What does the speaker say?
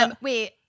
Wait